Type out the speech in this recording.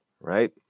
right